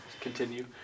Continue